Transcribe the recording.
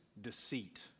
deceit